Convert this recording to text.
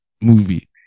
movie